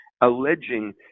alleging